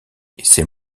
c’est